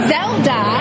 Zelda